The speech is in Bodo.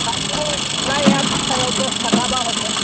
तारमाने लाइआ मुथायाव दस थाखाबा हरगोन आं